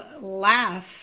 laugh